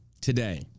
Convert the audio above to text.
Today